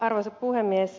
arvoisa puhemies